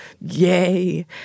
yay